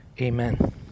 Amen